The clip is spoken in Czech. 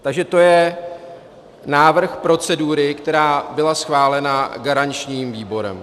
Takže to je návrh procedury, která byla schválena garančním výborem.